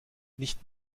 nicht